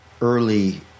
early